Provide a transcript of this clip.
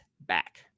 back